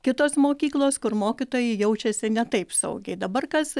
kitos mokyklos kur mokytojai jaučiasi ne taip saugiai dabar kas